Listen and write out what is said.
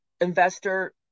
investor